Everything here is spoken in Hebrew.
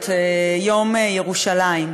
את יום ירושלים.